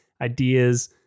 ideas